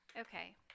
Okay